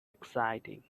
exciting